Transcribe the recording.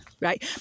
right